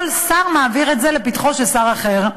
כל שר מעביר את זה לפתחו של שר אחר,